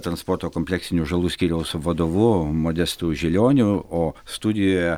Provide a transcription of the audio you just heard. transporto kompleksinių žalų skyriaus vadovu modestu žilioniu o studijoje